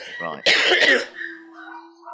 Right